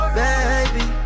baby